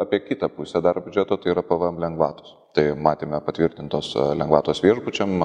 apie kitą pusę dar biudžeto tai yra pvm lengvatos tai matėme patvirtintos lengvatos viešbučiam